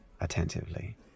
attentively